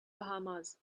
bahamas